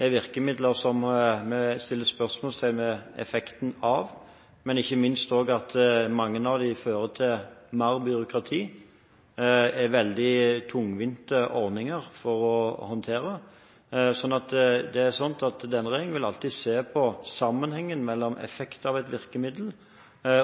er virkemidler som vi setter spørsmålstegn ved effekten av, men ikke minst også at mange av dem fører til mer byråkrati og er veldig tungvinte ordninger å håndtere. Det er sånn at denne regjeringen alltid vil se på sammenhengen mellom effekten av et virkemiddel